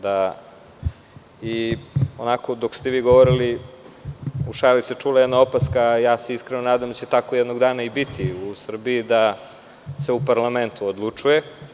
Dok ste vi govorili u šali se čula jedna opaska, a iskreno se nadam da će tako jednog dana i biti u Srbiji da se u parlamentu odlučuje.